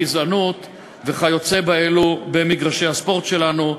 גזענות וכיוצא באלו במגרשי הספורט שלנו,